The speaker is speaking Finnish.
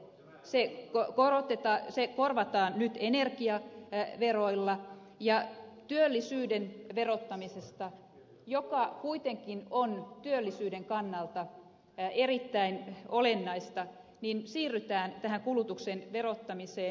se ei ole varaa pitää se korvataan nyt energiaveroilla ja työllisyyden verottamisesta joka kuitenkin on työllisyyden kannalta erittäin olennaista siirrytään kulutuksen verottamiseen